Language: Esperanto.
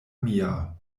mia